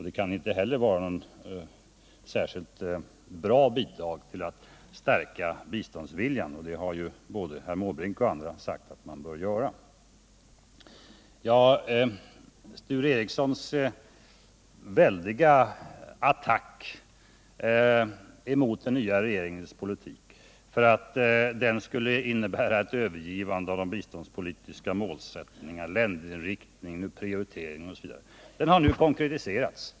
Det kan inte heller vara ett särskilt bra bidrag när det gäller att stärka biståndsviljan, vilket både herr Måbrink och andra har sagt att man bör göra. Sture Ericsons väldiga attack mot den nya regeringens politik för att den skulle innebära ett övergivande av de biståndspolitiska målsättningarna, länderinriktningen, prioriteringen osv. har nu konkretiserats.